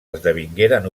esdevingueren